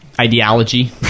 ideology